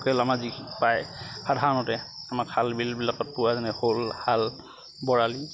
local আমাৰ প্ৰায় সাধাৰণতে আমাৰ খাল বিলবিলাকত পোৱা শাল শ'ল বৰালি